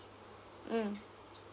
mm